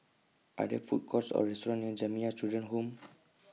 Are There Food Courts Or restaurants near Jamiyah Children's Home